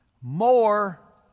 more